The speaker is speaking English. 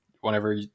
whenever